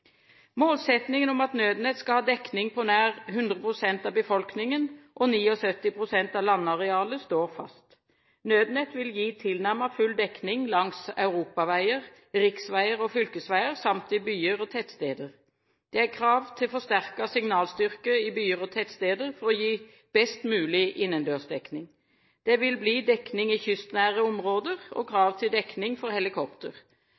Målsettingen om at Nødnett skal ha dekning på nær 100 pst. av befolkningen og 79 pst. av landarealet, står fast. Nødnett vil gi tilnærmet full dekning langs europaveier, riksveier og fylkesveier samt i byer og tettsteder. Det er krav til forsterket signalstyrke i byer og tettsteder for å gi best mulig innendørsdekning. Det vil bli dekning i kystnære områder og krav til dekning for helikopter.